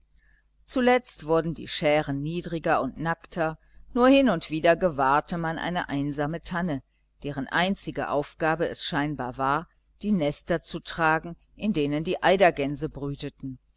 zuletzt wurden die schären niedriger und nackter nur hin und wieder gewahrte man eine einsame tanne deren einzige aufgabe es scheinbar war die nester zu tragen in denen die eidergänse brüteten